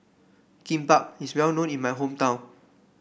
kimbap is well known in my hometown